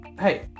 Hey